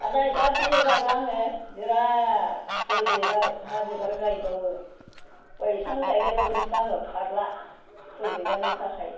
आरो दा बुरैबाबो आङो बिराद फुल बिबार मा बिबार गायबावो बैसां गायलायबावदोंसो आङो फारला फुल बिबारनि थाखाय